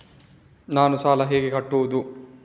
ನಾನು ಸಾಲ ಹೇಗೆ ಕಟ್ಟುವುದು?